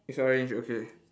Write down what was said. it's orange okay